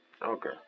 Okay